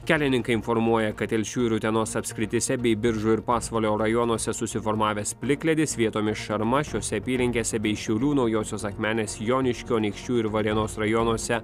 kelininkai informuoja kad telšių ir utenos apskrityse bei biržų ir pasvalio rajonuose susiformavęs plikledis vietomis šarma šiose apylinkėse bei šiaulių naujosios akmenės joniškio anykščių ir varėnos rajonuose